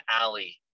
alley